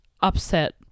upset